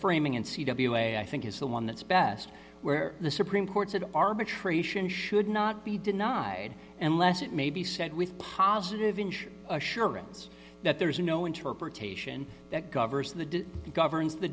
framing in c w a i think is the one that's best where the supreme court said arbitration should not be denied unless it may be said with positive inge assurance that there is no interpretation that covers the governs the